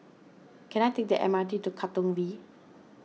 can I take the M R T to Katong V